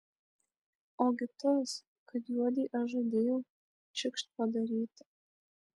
ogi tas kad juodei aš žadėjau čikšt padaryti